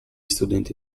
studenti